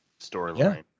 storyline